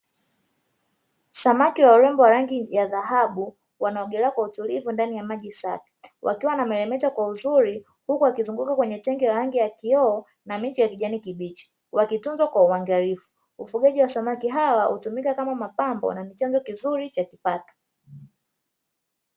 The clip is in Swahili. Samaki wa urembo wa rangi ya dhahabu wanaogelea kwa utulivu ndani ya maji safi, wakiwa wanamelemeta kwa uzuri huku waki zunguka kwenye tangi la rangi ya kioo na miche ya kijani kibichi wakitunzwa kwa uangalifu. Ufugaji wa samaki hawa hutumika kama mapambo na ni chanzo kizuri cha kipato.